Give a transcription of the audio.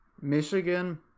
Michigan